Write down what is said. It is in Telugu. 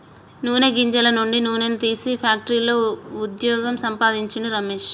నూనె గింజల నుండి నూనె తీసే ఫ్యాక్టరీలో వుద్యోగం సంపాందించిండు రమేష్